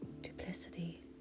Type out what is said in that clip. Duplicity